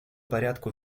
порядку